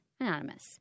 Anonymous